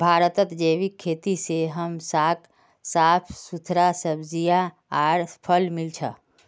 भारतत जैविक खेती से हमसाक साफ सुथरा सब्जियां आर फल मिल छ